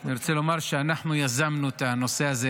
אני רוצה לומר שאנחנו יזמנו את הנושא הזה,